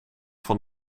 van